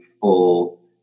full